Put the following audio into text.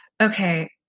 okay